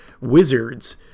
Wizards